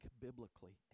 biblically